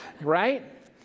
Right